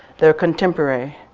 they're contemporary